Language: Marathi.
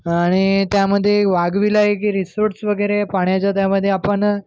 आणि त्यामध्ये वाघ विला एक आहे रिसॉर्टस वगैरे पाण्याच्या त्यामध्ये आपण